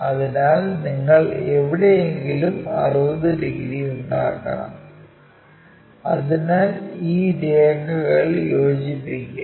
അതിനാൽ നിങ്ങൾ എവിടെയെങ്കിലും 60 ഡിഗ്രി ഉണ്ടാക്കണം അതിനാൽ ഈ രേഖകൾ യോജിപ്പിക്കുക